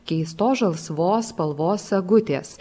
keistos žalsvos spalvos sagutės